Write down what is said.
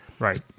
Right